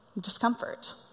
discomfort